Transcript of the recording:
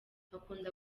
akunda